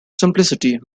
simplicity